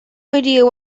idea